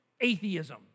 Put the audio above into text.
atheism